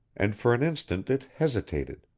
and for an instant it hesitated,